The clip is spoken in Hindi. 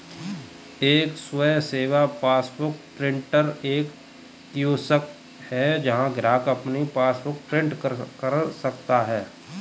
एक स्वयं सेवा पासबुक प्रिंटर एक कियोस्क है जहां ग्राहक अपनी पासबुक प्रिंट कर सकता है